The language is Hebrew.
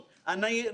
חס וחלילה,